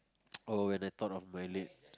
oh when I thought of my lates